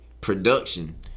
Production